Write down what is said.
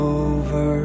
over